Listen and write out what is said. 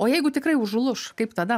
o jeigu tikrai užlūš kaip tada